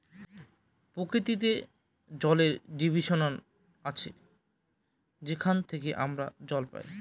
প্রকৃতিতে জলের ডিস্ট্রিবিউশন আসে যেখান থেকে আমরা জল পাই